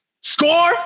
score